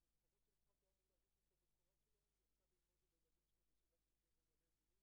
כשהוא יצא כמו כל יום חמישי ללמוד עם הילדים שלו שלומדים בישיבת הסדר.